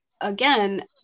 again